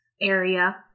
area